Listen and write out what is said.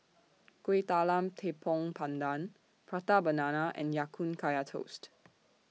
Kuih Talam Tepong Pandan Prata Banana and Ya Kun Kaya Toast